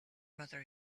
mother